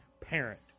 parent